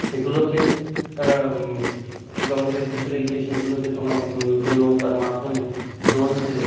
সেগুলোকে জঙ্গলের ভিতরে গিয়ে সেগুলোকে তোমার দ্ নৌকার মাধ্যমে দোন ফেলে